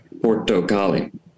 Portocali